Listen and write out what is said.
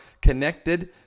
connected